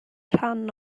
rhan